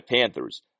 Panthers